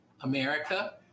America